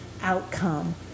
outcome